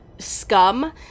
scum